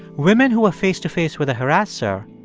women who are face to face with a harasser,